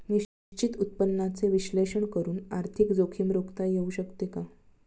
निश्चित उत्पन्नाचे विश्लेषण करून आर्थिक जोखीम रोखता येऊ शकते का?